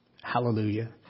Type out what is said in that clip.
Hallelujah